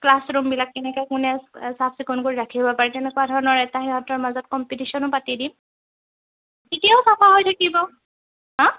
ক্লাছৰুমবিলাক কেনেকৈ কোনে চাফ চিকুণ কৰি ৰাখিব পাৰে তেনেকুৱা ধৰণৰ এটা সিহঁতৰ মাজত কম্পিটিশ্যনো পাতি দিম তেতিয়াও চাফা হৈ থাকিব হাঁ